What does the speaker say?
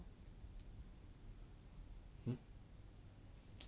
hmm